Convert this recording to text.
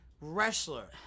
wrestler